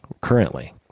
currently